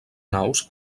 naus